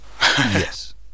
Yes